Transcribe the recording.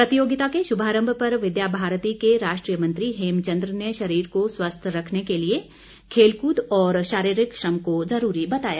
प्रतियोगिता के शुभारम्भ पर विद्या भारती के राष्ट्रीय मंत्री हेमचंद्र ने शरीर को स्वस्थ रखने के लिए खेलकूद और शारीरिक श्रम को ज़रूरी बताया